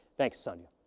thanks, sandhya.